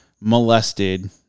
molested